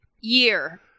Year